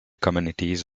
communities